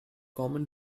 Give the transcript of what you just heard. common